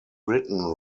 britain